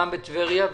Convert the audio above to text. גם בטבריה,